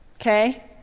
okay